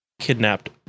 kidnapped